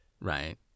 right